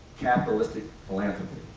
capitalistic philanthropy,